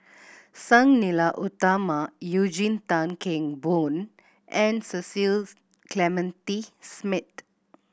Sang Nila Utama Eugene Tan Kheng Boon and Cecil Clementi Smith